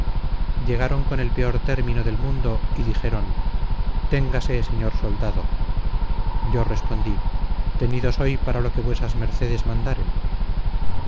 llegaron con el peor término del mundo y dijeron téngase señor soldado yo respondí tenido soy para lo que vuesas mercedes mandaren